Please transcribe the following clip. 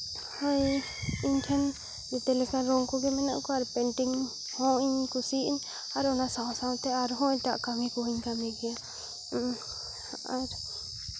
ᱦᱳᱭ ᱤᱧ ᱴᱷᱮᱱ ᱡᱮᱛᱮ ᱞᱮᱠᱟ ᱨᱚᱝ ᱠᱚᱜᱮ ᱢᱮᱱᱟᱜ ᱠᱚᱣᱟ ᱟᱨ ᱯᱮᱱᱴᱤᱝ ᱦᱚᱸ ᱤᱧ ᱠᱩᱥᱤᱭᱟᱜ ᱟᱹᱧ ᱟᱨ ᱚᱱᱟ ᱥᱟᱶ ᱥᱟᱶᱛᱮ ᱟᱨᱦᱚᱸ ᱮᱴᱟᱜ ᱠᱟᱹᱢᱤ ᱠᱚᱦᱚᱧ ᱠᱟᱹᱢᱤ ᱜᱮᱭᱟ ᱟᱨ